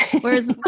Whereas